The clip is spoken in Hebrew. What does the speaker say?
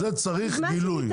זה צריך גילוי,